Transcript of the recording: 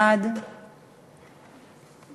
אנחנו מעריכים מאוד את יושב-ראש הוועדה,